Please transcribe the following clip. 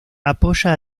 apoya